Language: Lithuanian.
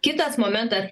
kitas momentas